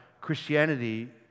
Christianity